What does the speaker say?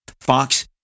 Fox